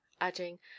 adding